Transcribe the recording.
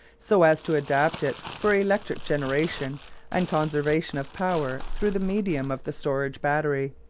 so as to adapt it for electric generation and conservation of power through the medium of the storage battery.